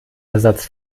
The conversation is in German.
ersatz